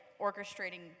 orchestrating